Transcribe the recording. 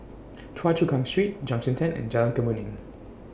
Choa Chu Kang Street Junction ten and Jalan Kemuning